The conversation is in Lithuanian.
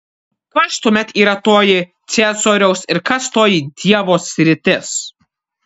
kas tuomet yra toji ciesoriaus ir kas toji dievo sritis